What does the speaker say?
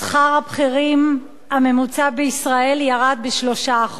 שכר הבכירים הממוצע בישראל ירד ב-3%,